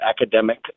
academic